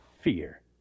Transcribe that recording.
fear